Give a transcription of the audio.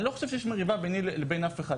אני לא חושב שיש מריבה ביני לבין אף אחד.